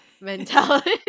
mentality